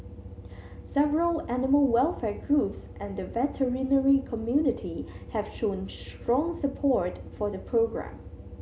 several animal welfare groups and the veterinary community have shown strong support for the programme